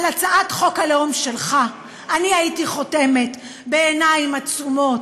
על הצעת חוק הלאום שלך אני הייתי חותמת בעיניים עצומות,